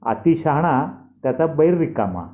अति शहाणा त्याचा बैल रिकामा